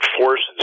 forces